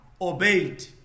obeyed